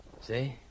See